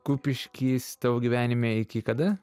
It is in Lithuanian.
kupiškis tavo gyvenime iki kada